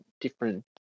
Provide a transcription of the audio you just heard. different